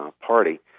party